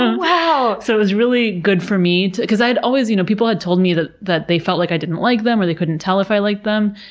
wow! so it was really good for me because i had always, you know people had told me that that they felt like i didn't like them or they couldn't tell if i liked them.